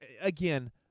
again